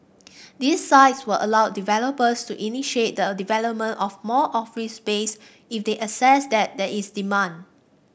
these sites will allow developers to initiate the development of more office space if they assess that there is demand